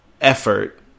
effort